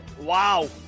Wow